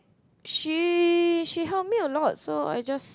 she she help me a lot so I just